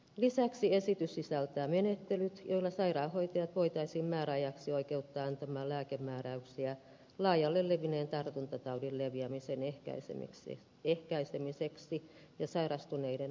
lisäksi esitys sisältää menettelyt joilla sairaanhoitajat voitaisiin määräajaksi oikeuttaa antamaan lääkemääräyksiä laajalle levinneen tartuntataudin leviämisen ehkäisemiseksi ja sairastuneiden hoitamiseksi